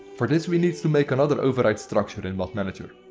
for this we need to make another override structure in mod manager.